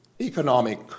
economic